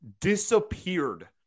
disappeared